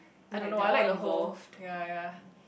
I don't know I like the whole ya ya